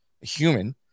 human